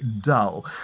dull